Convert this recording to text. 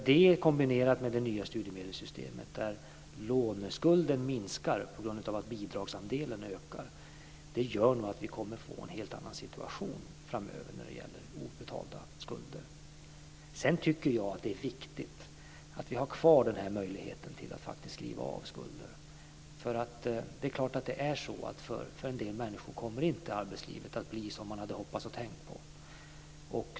Det kombinerat med det nya studiemedelssystemet där låneskulden minskar på grund av att bidragsandelen ökar gör att vi kommer att få en helt annan situation framöver när det gäller obetalda skulder. Det är viktigt att vi har kvar möjligheten till att faktiskt skriva av skulder. För en del människor kommer arbetslivet inte att bli som de hade hoppats och tänkt sig.